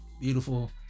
beautiful